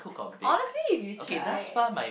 honestly if you try it